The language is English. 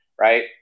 right